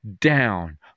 down